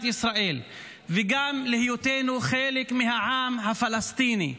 ישראל וגם להיותנו חלק מהעם הפלסטיני,